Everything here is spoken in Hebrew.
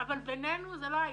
אבל בינינו זה לא האישיו.